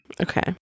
Okay